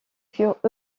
furent